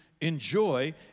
enjoy